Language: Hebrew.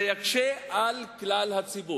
זה יקשה על כלל הציבור.